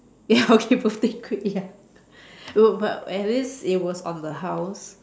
ya okay birthday kueh ya look but at least it was on the house